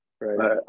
Right